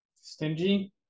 Stingy